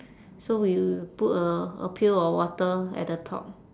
so we put a a pail of water at the top